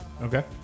Okay